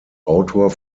autor